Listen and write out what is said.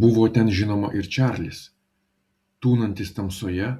buvo ten žinoma ir čarlis tūnantis tamsoje